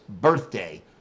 birthday